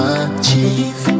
achieve